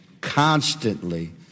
constantly